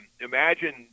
imagine